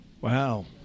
Wow